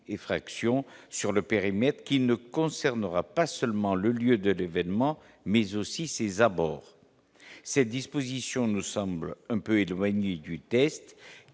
et effractions sur le périmètre qui ne concernera pas seulement le lieu de l'événement mais aussi ses abords cette disposition, nous sommes un peu éloigné du test